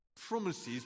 promises